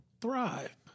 thrive